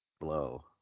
Blow